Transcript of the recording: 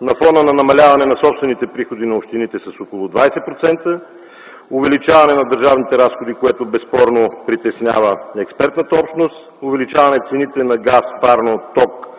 на фона на намаляване на собствените приходи на общините с около 20%, увеличаване на държавните разходи, което безспорно притеснява експертната общност, увеличаване цените на газ, парно и ток,